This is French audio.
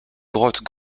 grottes